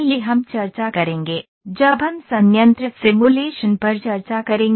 यह हम चर्चा करेंगे जब हम संयंत्र सिमुलेशन पर चर्चा करेंगे